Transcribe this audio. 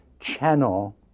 Channel